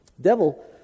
Devil